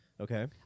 Okay